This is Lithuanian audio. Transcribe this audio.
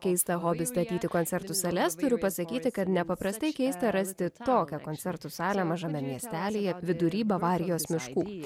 keistą hobį statyti koncertų sales turiu pasakyti kad nepaprastai keista rasti tokią koncertų salę mažame miestelyje vidury bavarijos miškų